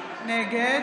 נגד